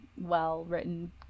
well-written